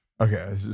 Okay